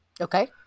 Okay